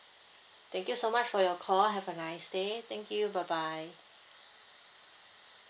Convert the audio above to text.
thank you so much for your call have a nice day thank you bye bye